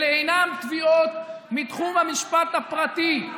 אלה אינן תביעות מתחום המשפט הפרטי,